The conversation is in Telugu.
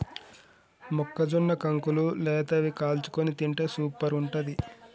మొక్కజొన్న కంకులు లేతవి కాల్చుకొని తింటే సూపర్ ఉంటది